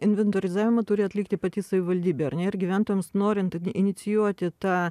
inventorizavimą turi atlikti pati savivaldybė ar ne ir gyventojams norint inicijuoti tą